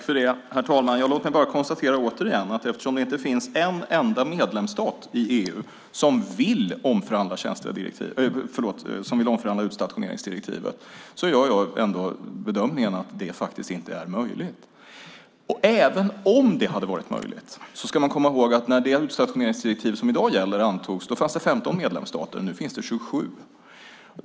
Herr talman! Låt mig återigen konstatera att eftersom det inte finns en enda medlemsstat i EU som vill omförhandla utstationeringsdirektivet gör jag ändå bedömningen att det inte är möjligt. Även om det hade varit möjligt ska man komma ihåg att när det utstationeringsdirektiv som i dag gäller antogs fanns det 15 medlemsstater. Nu finns det 27.